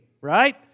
right